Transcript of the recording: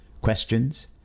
questions